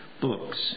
books